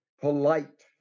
Polite